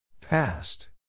Past